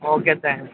okay thank you